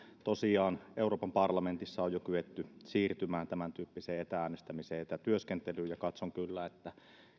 tosiaan euroopan parlamentissa on jo kyetty siirtymään tämäntyyppiseen etä äänestämiseen ja etätyöskentelyyn ja katson kyllä että